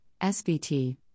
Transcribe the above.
SVT